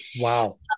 Wow